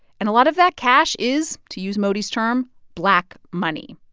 and a lot of that cash is, to use modi's term, black money.